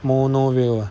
mono rail